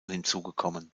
hinzugekommen